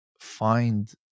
find